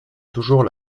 toujours